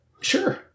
Sure